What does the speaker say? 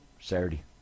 Saturday